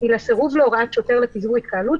היא לסירוב להוראת שוטר לפיזור התקהלות.